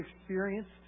experienced